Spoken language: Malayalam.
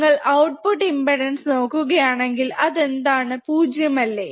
നിങ്ങൾ ഔട്ട്പുട് ഇമ്പ്പെടാൻസ് നോക്കുക ആണെങ്കിൽ അതെന്താണ് 0 അല്ലേ